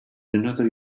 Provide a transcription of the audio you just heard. another